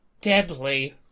Deadly